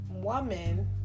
woman